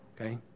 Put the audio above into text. Okay